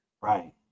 Right